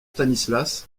stanislas